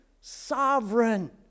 sovereign